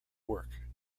work